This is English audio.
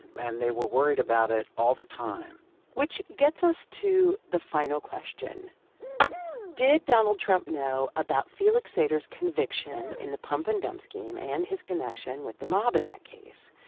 and they were worried about it all the time which gets us to the final question did donald trump know about felix sater's conviction in the pump-and-dump scheme and his connection with the mob in that case?